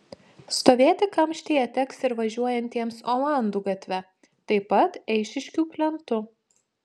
stovėti kamštyje teks ir važiuojantiems olandų gatve taip pat eišiškių plentu